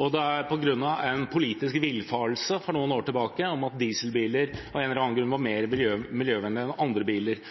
og det er på grunn av en politisk villfarelse for noen år tilbake om at dieselbiler av en eller annen grunn var mer miljøvennlige enn andre biler.